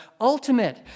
ultimate